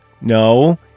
no